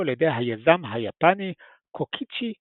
על ידי היזם היפני קוקיצ'י מיקימוטו.